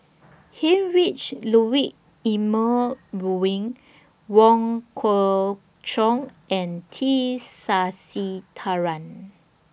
Heinrich Ludwig Emil Luering Wong Kwei Cheong and T Sasitharan